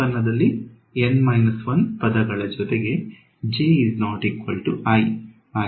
ಉತ್ಪನ್ನದಲ್ಲಿ N 1 ಪದಗಳು ಜೊತೆಗೆ ಆಗಿವೆ